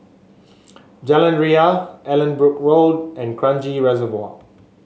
Jalan Ria Allanbrooke Road and Kranji Reservoir